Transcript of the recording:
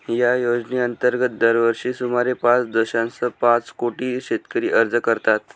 या योजनेअंतर्गत दरवर्षी सुमारे पाच दशांश पाच कोटी शेतकरी अर्ज करतात